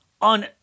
on